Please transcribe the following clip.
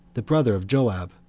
the brother of joab,